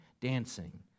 dancing